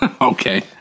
Okay